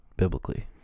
Biblically